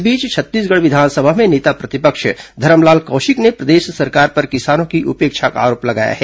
इस बीच छत्तीसगढ़ विधानसभा में नेता प्रतिपक्ष धरमलाल कौशिक ने प्रदेश सरकार पर किसानों की उपेक्षा का आरोप लगाया है